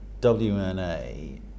WNA